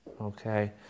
Okay